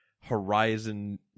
Horizon